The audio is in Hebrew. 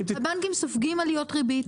הבנקים סופגים עליות ריבית.